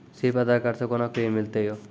सिर्फ आधार कार्ड से कोना के ऋण मिलते यो?